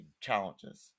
challenges